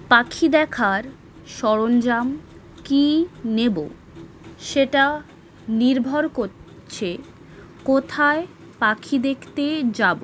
পাখি দেখার সরঞ্জাম কি নেবো সেটা নির্ভর করছে কোথায় পাখি দেখতে যাবো